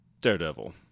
Daredevil